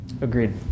Agreed